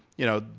you know,